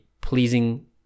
pleasing